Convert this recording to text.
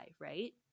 right